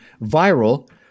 viral